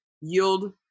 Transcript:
yield